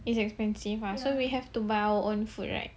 it's expensive mah so we have to buy our own food right